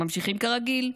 ממשיכים כרגיל.